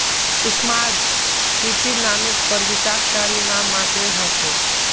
smart सिटीर नामेर पर विकास कार्य नाम मात्रेर हो छेक